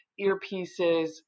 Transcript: earpieces